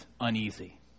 uneasy